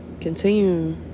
Continue